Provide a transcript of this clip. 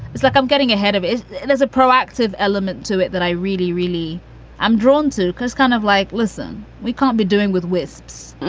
it's like i'm getting ahead of it as a proactive element to it that i really, really i'm drawn to because kind of like, listen, we can't be doing with wisps,